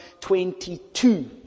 22